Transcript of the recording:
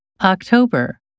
October